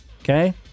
Okay